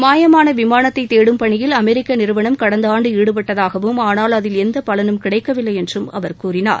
மாயமான விமானத்தை தேடும் பணியில் அமெிக்க நிறுவனம் கடந்த ஆண்டு ாடுபட்டதாகவும் ஆனால் அதில் எந்த பலனும் கிடைக்கவில்லை என்றும் அவர் கூறினார்